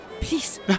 Please